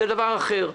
זה דבר אחר,